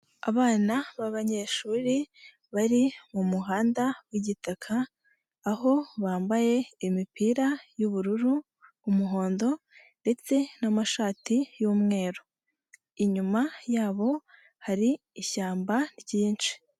Abana b'abanyeshuri bari mu muhanda w'igitaka aho bambaye imipira y'ubururu, umuhondo ndetse n'amashati y'umweru, inyuma yabo hari ishyamba ryinshi.